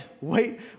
Wait